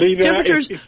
temperatures